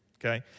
okay